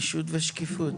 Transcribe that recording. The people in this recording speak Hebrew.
נגישות ושקיפות.